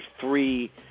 three